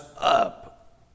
up